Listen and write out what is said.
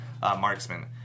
marksman